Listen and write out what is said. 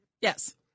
Yes